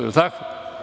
Je li tako?